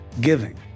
giving